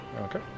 Okay